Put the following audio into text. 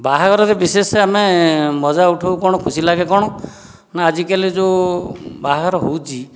ବାହାଘରରେ ବିଶେଷ ଆମେ ମଜା ଉଠାଉ କ'ଣ ଖୁସି ଲାଗେ କ'ଣ ନା ଆଜିକାଲି ଯେଉଁ ବାହାଘର ହେଉଛି